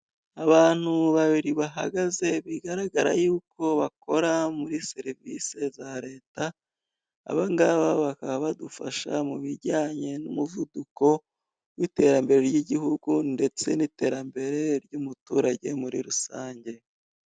Abantu babiri bahagaze, bigaragara y'uko bakora muri serivisi za leta, aba ngaba bakaba badufasha mu bijyanye n'umuvuduko w'iterambere ry'igihugu, ndetse n'iterambere ry'umuturage muri rusange.